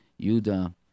Yuda